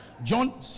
John